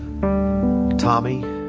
Tommy